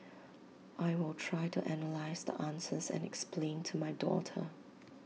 I will try to analyse the answers and explain to my daughter